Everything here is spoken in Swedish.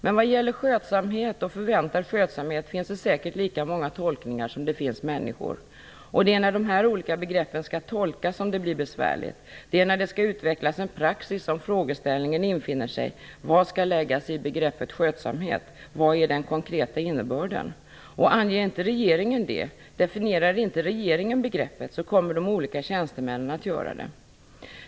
Men vad gäller "skötsamhet" och "förväntad skötsamhet" finns det säkert lika många tolkningar som det finns människor. Det är när dessa olika begrepp skall tolkas som det blir besvärligt. Det är när det skall utvecklas en praxis som frågeställningen infinner sig. Vad skall läggas i begreppet "skötsamhet"? Vad är den konkreta innebörden? Anger inte regeringen det - definierar inte regeringen begreppet - kommer de olika tjänstemännen att göra det.